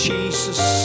Jesus